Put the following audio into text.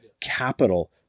capital